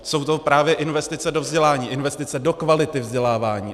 Jsou to právě investice do vzdělání, investice do kvality vzdělávání.